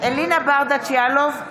לך לשנ"ץ.